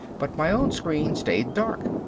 but my own screen stayed dark.